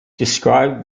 described